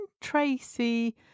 Tracy